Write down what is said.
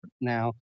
now